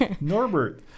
Norbert